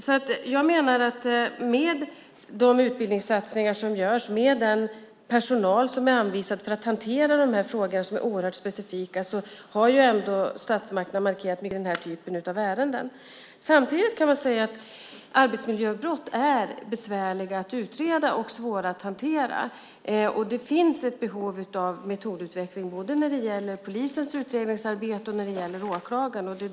Jag menar därför att med de utbildningssatsningar som görs och med den personal som är anvisad för att hantera de här oerhört specifika frågorna har statsmakterna mycket tydligt markerat vilken vikt man lägger vid den här typen av ärenden. Samtidigt kan man säga att arbetsmiljöbrott är besvärliga att utreda och svåra att hantera. Det finns ett behov av metodutveckling både när det gäller polisens utredningsarbete och när det gäller åklagarna.